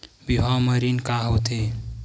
बिहाव म ऋण का होथे?